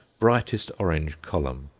brightest orange column,